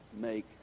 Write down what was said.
make